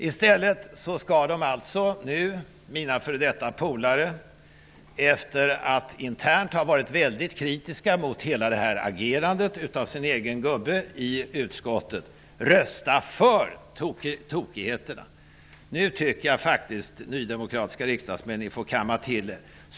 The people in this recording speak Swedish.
I stället skall nu mina f.d. polare, efter att internt ha varit mycket kritiska mot agerandet från sin egen representant i utskottet, rösta för tokigheterna. I det här läget tycker jag faktiskt att de nydemokratiska riksdagsmännen får kamma till sig.